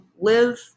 live